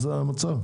בחשמל?